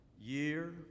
year